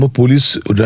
police